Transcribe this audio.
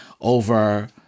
over